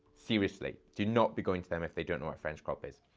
seriously. do not be going to them if they don't know what french crop is.